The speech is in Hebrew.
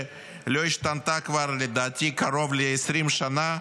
שלדעתי לא השתנתה כבר קרוב ל-20 שנה,